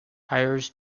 hires